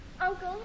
Uncle